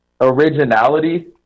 originality